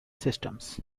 systems